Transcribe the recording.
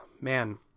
man